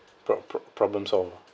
pro~ pro~ problems all